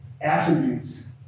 attributes